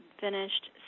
finished